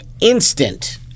Instant